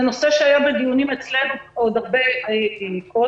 זה נושא שהיה בדיונים אצלנו עוד הרבה קודם.